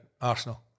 Arsenal